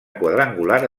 quadrangular